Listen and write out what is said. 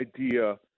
idea